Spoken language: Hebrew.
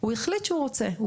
אני מניחה שיש עוד בני משפחה,